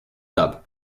dub